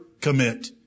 commit